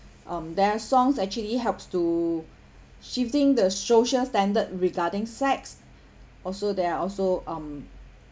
um their songs actually helps to shifting the social standard regarding sex also there are also um